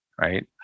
right